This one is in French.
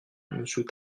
monsieur